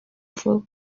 vuba